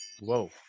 Whoa